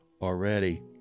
already